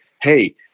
hey